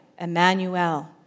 Emmanuel